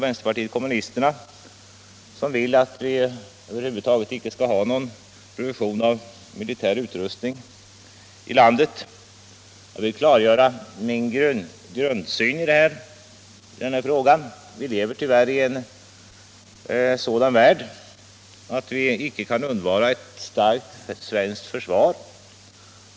Vänsterpartiet kommunisterna vill ju att vi över huvud taget inte skall ha någon produktion av militär utrustning i landet. Jag vill klargöra min grundsyn i denna fråga. Tyvärr lever vi i en sådan värld att vi icke kan undvara ett starkt svenskt försvar.